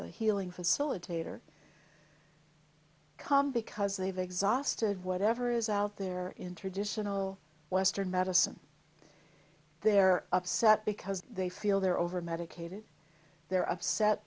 a healing facilitator come because they've exhausted whatever is out there in traditional western medicine they're upset because they feel they're overmedicated they're upset